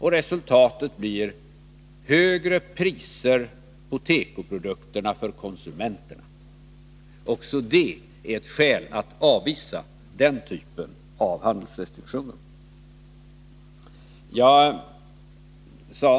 Resultatet blir högre priser på tekoprodukterna för konsumenterna. Också det är ett skäl att avvisa den typen av handelsrestriktioner.